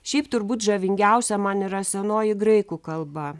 šiaip turbūt žavingiausia man yra senoji graikų kalba